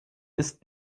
ist